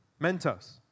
Mentos